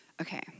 okay